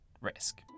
risk